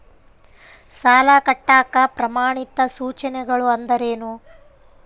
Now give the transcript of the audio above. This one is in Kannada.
ಸಾಲ ಕಟ್ಟಾಕ ಪ್ರಮಾಣಿತ ಸೂಚನೆಗಳು ಅಂದರೇನು?